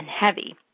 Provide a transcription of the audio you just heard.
heavy